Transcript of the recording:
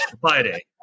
Friday